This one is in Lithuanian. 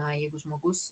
na jeigu žmogus